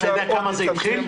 אתה יודע מכמה זה התחיל?